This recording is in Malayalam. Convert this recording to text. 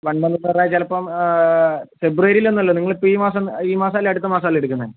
വൺ മന്ത് പറഞ്ഞാൽ ചിലപ്പം ഫെബ്രുവരിയിൽ തന്നെയല്ലേ നിങ്ങൾ ഇപ്പം ഈ മാസം അല്ലെങ്കിൽ അടുത്ത മാസം അല്ലേ എടുക്കുന്നത്